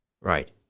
right